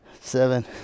seven